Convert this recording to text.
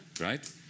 right